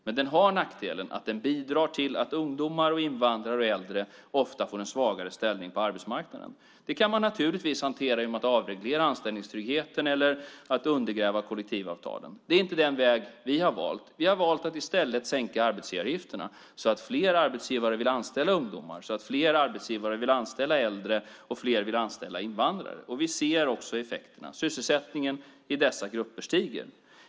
Men den har nackdelen att den bidrar till att ungdomar, invandrare och äldre ofta får en svagare ställning på arbetsmarknaden. Det kan man naturligtvis hantera genom att avreglera anställningstryggheten eller undergräva kollektivavtalen. Det är inte den väg vi har valt. Vi har valt att i stället sänka arbetsgivaravgifterna så att fler arbetsgivare vill anställa ungdomar, så att fler arbetsgivare vill anställa äldre och fler vill anställa invandrare. Vi ser effekterna. Sysselsättningen i dessa grupper stiger.